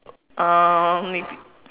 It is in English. um